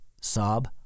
sob